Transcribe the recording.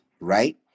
right